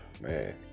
man